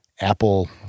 Apple